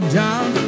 down